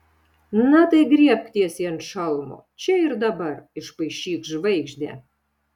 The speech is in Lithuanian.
na tai griebk tiesiai ant šalmo čia ir dabar išpaišyk žvaigždę